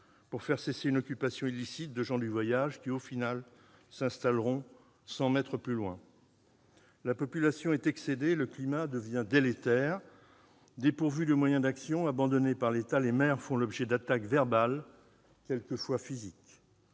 pour faire cesser une occupation illicite de gens du voyage qui, finalement, s'installeront cent mètres plus loin ? La population est excédée ; le climat devient délétère. Dépourvus de moyens d'action, abandonnés par l'État, les maires font l'objet d'attaques verbales, parfois physiques.